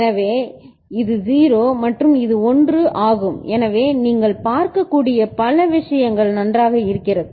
எனவே இது 0 மற்றும் இது 1 ஆகும் எனவே நீங்கள் பார்க்கக்கூடிய இந்த பல விஷயங்கள் நன்றாக இருக்கிறது